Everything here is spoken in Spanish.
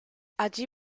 allí